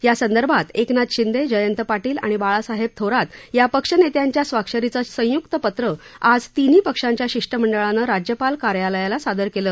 यासंदर्भात एकनाथ शिंदे जयंत पाटील आणि बाळासाहेब थोरात या पक्षनेत्यांच्या स्वाक्षरीचं संयुक्त पत्र आज तिन्ही पक्षांच्या शिष्टमंडळानं राज्यपाल कार्यालयाला सादर केलं